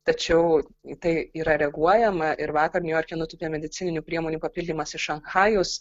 tačiau į tai yra reaguojama ir vakar niujorke nutūpė medicininių priemonių papildymas iš šanchajaus